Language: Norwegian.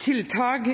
tiltak.